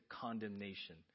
condemnation